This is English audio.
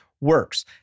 works